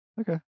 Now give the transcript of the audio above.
Okay